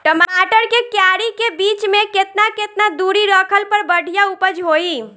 टमाटर के क्यारी के बीच मे केतना केतना दूरी रखला पर बढ़िया उपज होई?